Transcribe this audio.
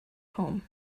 poem